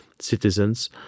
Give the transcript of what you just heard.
citizens